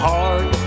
heart